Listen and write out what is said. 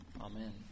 Amen